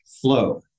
flow